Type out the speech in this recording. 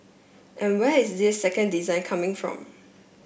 and where is this second design coming from